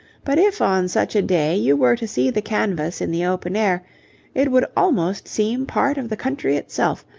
but if on such a day you were to see the canvas in the open air it would almost seem part of the country itself,